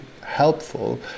helpful